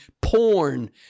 porn